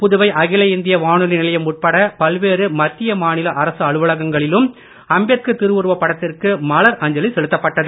புதுவை அகில இந்திய வானொலி நிலையம் உட்பட பல்வேறு மத்திய மாநில அரசு அலுவலகங்களிலும் அம்பேத்கார் திருஉருவப் படத்திற்கு மலர் அஞ்சலி செலுத்தப்பட்டது